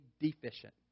deficient